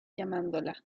llamándola